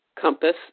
compass